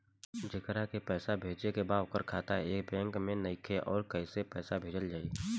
जेकरा के पैसा भेजे के बा ओकर खाता ए बैंक मे नईखे और कैसे पैसा भेजल जायी?